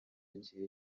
gihe